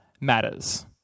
matters